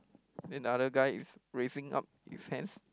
then the other guy is raising up his hands